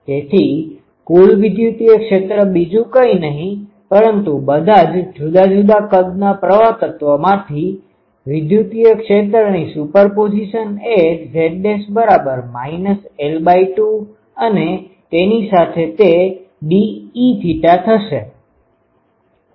તેથી કુલ વિદ્યુતીય ક્ષેત્ર બીજું કઈ નહી પરંતુ બધા જ જુદા જુદા કદના પ્રવાહ તત્વમાંથી વિદ્યુતીય ક્ષેત્રની સુપરપોઝીશન એ Z' l2 અને તેની સાથે તે dEθ થશે